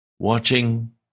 Watching